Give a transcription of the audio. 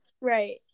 right